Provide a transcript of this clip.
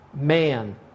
man